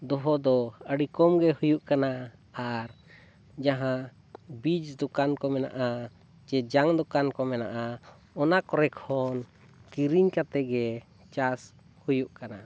ᱫᱚᱦᱚ ᱫᱚ ᱟᱹᱰᱤ ᱠᱚᱢ ᱜᱮ ᱦᱩᱭᱩᱜ ᱠᱟᱱᱟ ᱟᱨ ᱡᱟᱦᱟᱸ ᱵᱤᱡᱽ ᱫᱚᱠᱟᱱ ᱠᱚ ᱢᱮᱱᱟᱜᱼᱟ ᱥᱮ ᱡᱟᱝ ᱫᱚᱠᱟᱱ ᱠᱚ ᱢᱮᱱᱟᱜᱼᱟ ᱚᱱᱟ ᱠᱚᱨᱮ ᱠᱷᱚᱱ ᱠᱤᱨᱤᱧ ᱠᱟᱛᱮ ᱜᱮ ᱪᱟᱥ ᱦᱩᱭᱩᱜ ᱠᱟᱱᱟ